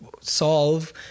solve